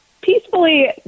peacefully